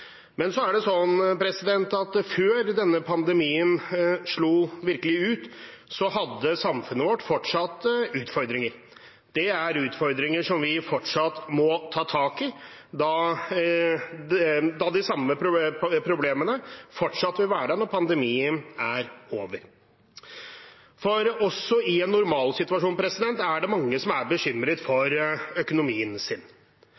Men før denne pandemien virkelig slo ut, hadde samfunnet vårt også utfordringer. Det er utfordringer vi fortsatt må ta tak i, da de samme problemene fortsatt vil være der når pandemien er over. For også i en normalsituasjon er det mange som er bekymret for økonomien sin.